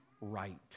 right